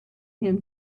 him